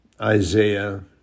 Isaiah